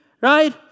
right